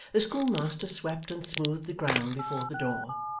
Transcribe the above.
the schoolmaster swept and smoothed the ground before the door,